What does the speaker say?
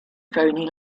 phoney